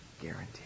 Guaranteed